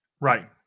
Right